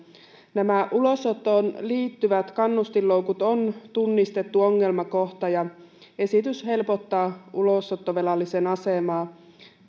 nämä ulosottoon liittyvät kannustinloukut ovat tunnistettu ongelmakohta ja esitys helpottaa ulosottovelallisen asemaa